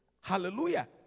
Hallelujah